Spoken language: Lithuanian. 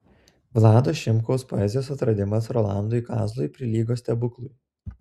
vlado šimkaus poezijos atradimas rolandui kazlui prilygo stebuklui